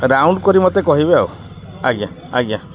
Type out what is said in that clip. round କରି ମୋତେ କହିବେ ଆଉ ଆଜ୍ଞା ଆଜ୍ଞା